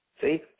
See